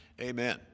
Amen